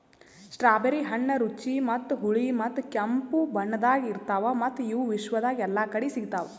strawberry ಹಣ್ಣ ರುಚಿ ಮತ್ತ ಹುಳಿ ಮತ್ತ ಕೆಂಪು ಬಣ್ಣದಾಗ್ ಇರ್ತಾವ್ ಮತ್ತ ಇವು ವಿಶ್ವದಾಗ್ ಎಲ್ಲಾ ಕಡಿ ಸಿಗ್ತಾವ್